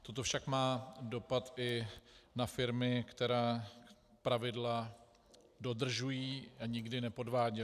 Toto však má dopad i na firmy, které pravidla dodržují a nikdy nepodváděly.